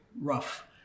rough